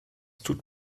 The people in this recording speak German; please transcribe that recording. tut